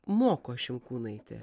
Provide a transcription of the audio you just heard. moko šimkūnaitė